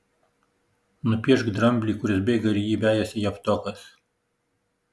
nupiešk dramblį kuris bėga ir jį vejasi javtokas